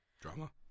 Drama